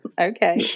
Okay